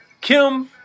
Kim